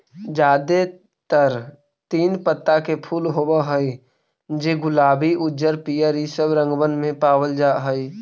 जादेतर तीन पत्ता के फूल होब हई जे गुलाबी उज्जर पीअर ईसब रंगबन में पाबल जा हई